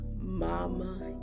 mama